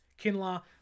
Kinlaw